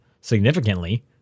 significantly